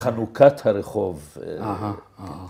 ‫חנוכת הרחוב.